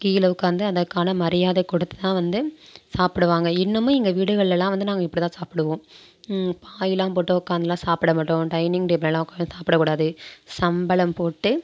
கீழே உக்கார்ந்து அதற்கான மரியாதை கொடுத்துதான் வந்து சாப்பிடுவாங்க இன்னமும் எங்கள் வீடுகள்லெலாம் வந்து நாங்கள் இப்படி தான் சாப்பிடுவோம் பாயெலாம் போட்டு உக்கார்ந்துலாம் சாப்பிட மாட்டோம் டைனிங் டேபிள்லெலாம் உக்கார்ந்து சாப்பிடக்கூடாது சம்பணம் போட்டு